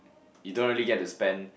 you don't really get to spend